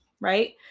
right